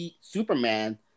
Superman